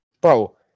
Bro